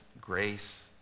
grace